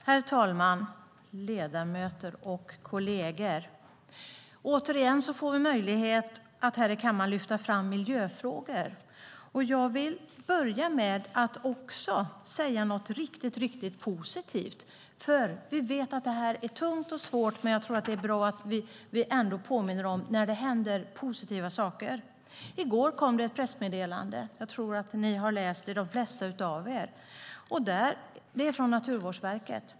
Herr talman! Ledamöter och kolleger! Återigen får vi möjlighet att här i kammaren lyfta fram miljöfrågor. Jag vill börja med att säga någonting riktigt positivt. Vi vet att detta är tungt och svårt. Men jag tror att det är bra att vi ändå påminner om positiva saker som händer. I går kom det ett pressmeddelande från Naturvårdsverket. Jag tror att de flesta av er har läst det.